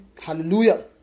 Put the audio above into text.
Hallelujah